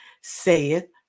saith